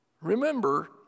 Remember